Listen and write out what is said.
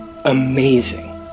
amazing